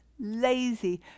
lazy